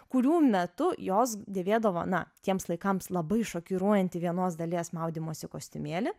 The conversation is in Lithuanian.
kurių metu jos dėvėdavo na tiems laikams labai šokiruojantį vienos dalies maudymosi kostiumėlį